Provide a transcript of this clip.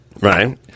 right